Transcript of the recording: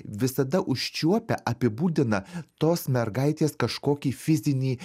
visada užčiuopia apibūdina tos mergaitės kažkokį fizinį